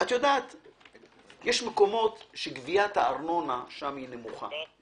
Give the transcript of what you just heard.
יש מקומות שבהם גביית הארנונה נמוכה.